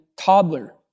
toddler